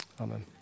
Amen